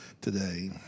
today